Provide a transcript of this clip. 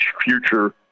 future